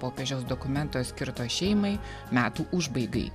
popiežiaus dokumento skirto šeimai metų užbaigai